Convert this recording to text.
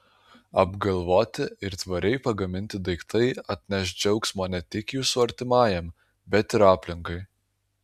apgalvoti ir tvariai pagaminti daiktai atneš džiaugsmo ne tik jūsų artimajam bet ir aplinkai